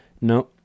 no